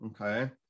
okay